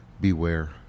beware